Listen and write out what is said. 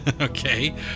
okay